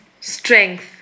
strength